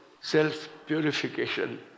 self-purification